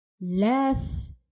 less